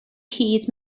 hyd